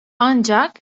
ancak